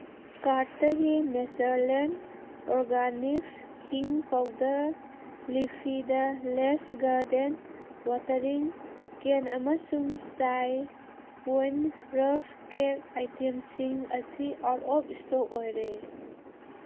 ꯀꯥꯔꯠꯇꯒꯤ ꯅꯦꯆꯔꯂꯦꯟ organics hing powder ꯂꯤꯐꯤꯗ ꯂꯦꯁ ꯒꯥꯔꯗꯦꯟ ꯋꯥꯇꯔꯤꯡ ꯀꯦꯟ ꯑꯃꯁꯨꯡ ꯆꯥꯏ ꯄꯣꯏꯟ ꯔꯛꯁ ꯀꯦꯛ ꯑꯥꯏꯇꯦꯝꯁꯤꯡ ꯑꯁꯤ ꯑꯥꯎꯠ ꯑꯣꯐ ꯏꯁꯇꯣꯛ ꯑꯣꯏꯔꯦ